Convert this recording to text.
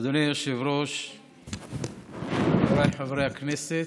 אדוני היושב-ראש, חבריי חברי הכנסת.